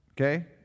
Okay